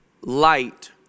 light